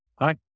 Hi